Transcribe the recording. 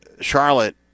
Charlotte